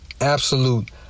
Absolute